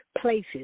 places